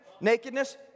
nakedness